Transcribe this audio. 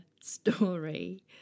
story